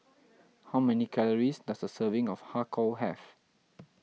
how many calories does a serving of Har Kow have